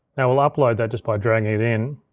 now i'll upload that just by dragging it in.